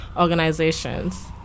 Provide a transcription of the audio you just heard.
organizations